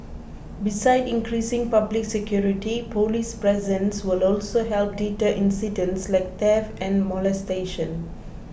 besides increasing public security police presence will also help deter incidents like theft and molestation